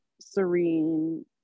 serene